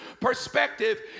perspective